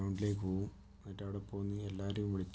ഗ്രൗണ്ടിലേക്ക് പോകും എന്നിട്ട് അവിടെ പോയി എല്ലാവരേയും